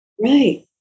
Right